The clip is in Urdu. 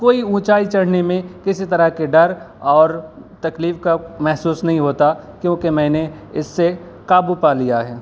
کوئی اونچائی چڑھنے میں کسی طرح کے ڈر اور تکلیف کا محسوس نہیں ہوتا کیونکہ میں نے اس سے قابو پا لیا ہے